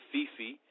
Fifi